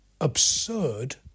absurd